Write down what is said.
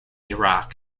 iraq